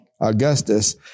Augustus